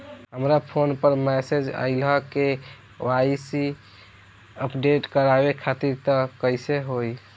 हमरा फोन पर मैसेज आइलह के.वाइ.सी अपडेट करवावे खातिर त कइसे होई?